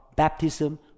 Baptism